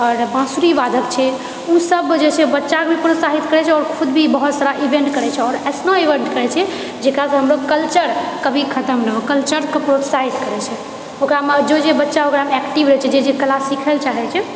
आओर बांसुरीवादक छै ओ सब वजहसँ बच्चा भी प्रोत्साहित करै छै आओर खुद भी बहुत सारा इवेंट करै छै आओर अइसनो इवेंट करै छै जेकरासँ हमलोग कल्चर कभी खतम नहि हो कल्चरके प्रोत्साहित करै छै ओकरामे जो जे बच्चा ओकरा एक्टिव रहै छै जे जे कला सीखै लऽ चाहैत छै